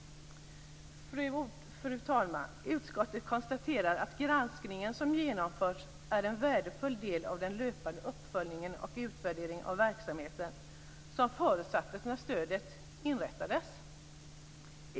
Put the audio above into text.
Fru talman! Utskottet konstaterar att granskningen som genomförts är en värdefull del av den löpande uppföljningen och utvärderingen av verksamheten som förutsattes när stödet inrättades.